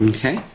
Okay